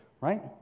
right